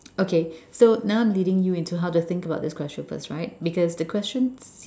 okay so now I'm leading you into how to think about this question first right because the questions